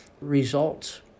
results